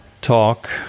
talk